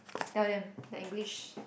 tell them their English